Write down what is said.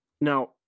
Now